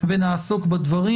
ונעסוק בדברים.